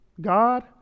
God